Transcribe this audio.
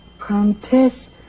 Countess